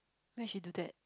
why she do that